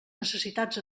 necessitats